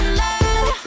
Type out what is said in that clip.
love